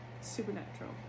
supernatural